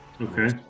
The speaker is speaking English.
Okay